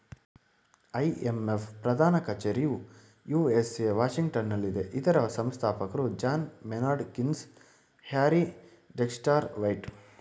IMF ಪ್ರಧಾನ ಕಚೇರಿಯು USA ವಾಷಿಂಗ್ಟನಲ್ಲಿದೆ ಇದರ ಸಂಸ್ಥಾಪಕರು John Maynard Keynes, Harry Dexter white